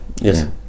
Yes